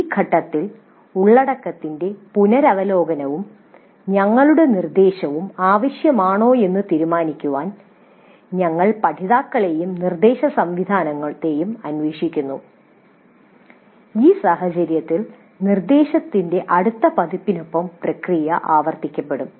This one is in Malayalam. ഈ ഘട്ടത്തിൽ ഉള്ളടക്കത്തിന്റെ പുനരവലോകനവും ഞങ്ങളുടെ നിർദ്ദേശവും ആവശ്യമാണോ എന്ന് തീരുമാനിക്കാൻ ഞങ്ങൾ പഠിതാക്കളെയും നിർദ്ദേശ സംവിധാനത്തെയും അന്വേഷിക്കുന്നു ഈ സാഹചര്യത്തിൽ നിർദ്ദേശത്തിന്റെ അടുത്ത പതിപ്പിനൊപ്പം പ്രക്രിയ ആവർത്തിക്കപ്പെടും